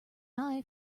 eye